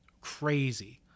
crazy